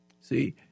See